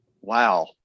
wow